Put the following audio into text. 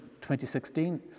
2016